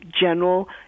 general